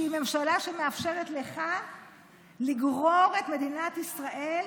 שהיא ממשלה שמאפשרת לך לגרור את מדינת ישראל,